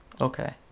Okay